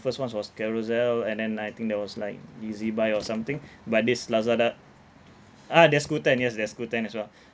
first ones was carousell and then I think there was like ezbuy or something but this Lazada ah there's qoo ten yes there's qoo ten as well